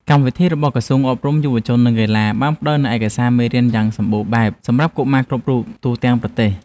កម្មវិធីសិក្សារបស់ក្រសួងអប់រំ យុវជន និងកីឡា បានផ្តល់នូវឯកសារមេរៀនយ៉ាងសម្បូរបែបសម្រាប់កុមារគ្រប់រូបនៅទូទាំងប្រទេស។